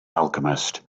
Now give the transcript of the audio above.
alchemist